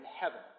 heaven